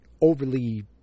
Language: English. overly